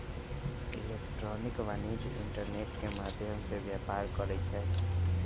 electronic वाणिज्य internet के माध्यम से व्यापार करइ छै